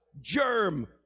germ